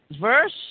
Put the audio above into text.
verse